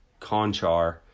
Conchar